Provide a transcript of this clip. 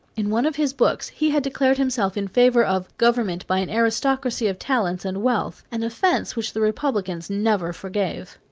in one of his books he had declared himself in favor of government by an aristocracy of talents and wealth an offense which the republicans never forgave.